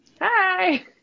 Hi